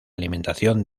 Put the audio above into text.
alimentación